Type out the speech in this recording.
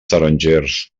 tarongers